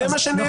זה מה שנאמר.